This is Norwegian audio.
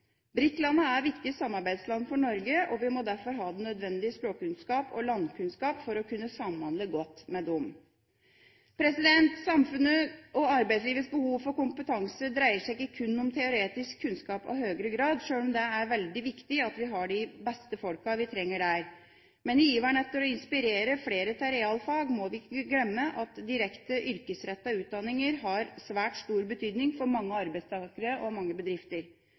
er viktige samarbeidsland for Norge, og vi må derfor ha den nødvendige språkkunnskap og landkunnskap for å kunne samhandle godt med dem. Samfunnets og arbeidslivets behov for kompetanse dreier seg ikke kun om teoretisk kunnskap av høgere grad, sjøl om det er veldig viktig at vi har de beste folkene vi trenger der. Men i iveren etter å inspirere flere til realfag må vi ikke glemme at direkte yrkesrettede utdanninger har svært stor betydning for mange arbeidstakere og mange bedrifter.